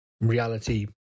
reality